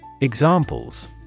Examples